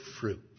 fruit